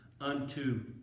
unto